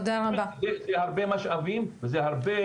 יש לי הרבה משאבים, וזה הרבה